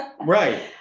Right